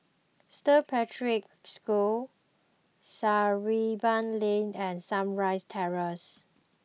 Saint Patrick's School Sarimbun Lane and Sunrise Terrace